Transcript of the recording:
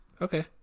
okay